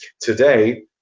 today